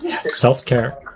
self-care